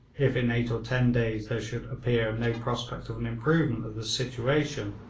if in eight or ten days there should appear no prospect of an improvement of the situation,